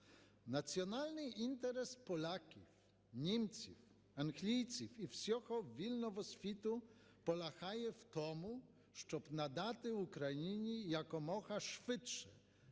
Національний інтерес поляків, німців, англійців і всього вільного світу полягає в тому, щоб надати Україні якомога швидше